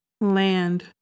Land